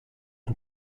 son